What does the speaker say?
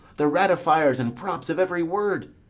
the ratifiers and props of every word,